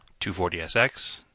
240SX